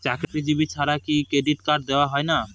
চাকুরীজীবি ছাড়া কি ক্রেডিট কার্ড দেওয়া হয় না?